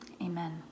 Amen